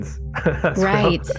right